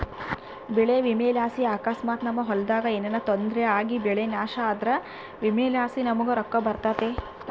ಬೆಳೆ ವಿಮೆಲಾಸಿ ಅಕಸ್ಮಾತ್ ನಮ್ ಹೊಲದಾಗ ಏನನ ತೊಂದ್ರೆ ಆಗಿಬೆಳೆ ನಾಶ ಆದ್ರ ವಿಮೆಲಾಸಿ ನಮುಗ್ ರೊಕ್ಕ ಬರ್ತತೆ